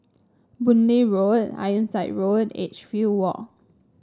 Boon Lay Way Ironside Road Edgefield Walk